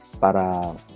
para